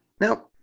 Now